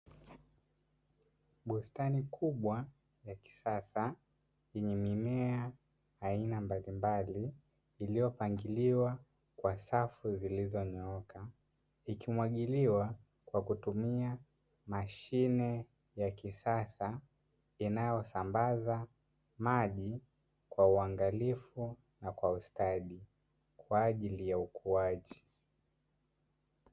Bustani kubwa ya kisasa yenye mimea aina mbalimbali iliyopangiliwa kwa safu zilizonyooka ikimwagiliwa kwa kutumia mashine ya kisasa inayosambaza maji kwa uangalifu na kwa ustadi kwaajili ya ukuaji.